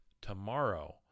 tomorrow